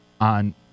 on